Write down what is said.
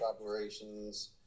operations